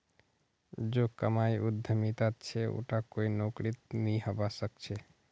जो कमाई उद्यमितात छ उटा कोई नौकरीत नइ हबा स ख छ